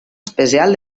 especial